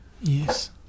Yes